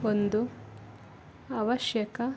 ಒಂದು ಅವಶ್ಯಕ